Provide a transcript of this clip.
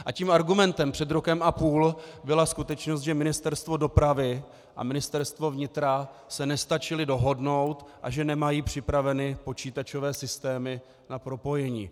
A tím argumentem před rokem a půl byla skutečnost, že Ministerstvo dopravy a Ministerstvo vnitra se nestačily dohodnout a že nemají připraveny počítačové systémy na propojení.